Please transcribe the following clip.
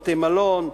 בתי-מלון,